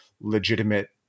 legitimate